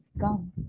come